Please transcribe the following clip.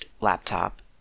laptop